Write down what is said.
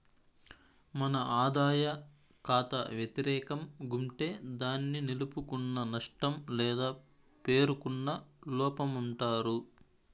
మన ఆదాయ కాతా వెతిరేకం గుంటే దాన్ని నిలుపుకున్న నష్టం లేదా పేరుకున్న లోపమంటారు